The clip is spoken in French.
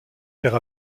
faire